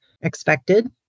expected